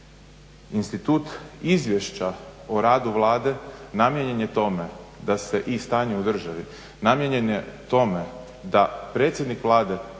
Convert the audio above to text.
Institut izvješća o radu Vlade namijenjen je tome da se i stanju u državi, namijenjen je tome da predsjednik Vlade